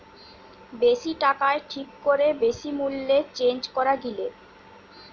বেশি টাকায় ঠিক করে বেশি মূল্যে চেঞ্জ করা গিলে